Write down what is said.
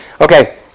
Okay